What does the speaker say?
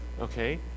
okay